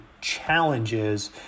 challenges